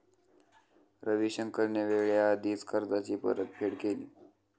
रविशंकरने वेळेआधीच कर्जाची परतफेड केली